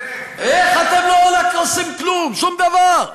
איך אתם לא עושים כלום, שום דבר?